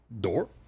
door